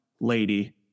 lady